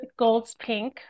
GoldsPink